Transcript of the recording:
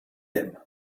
him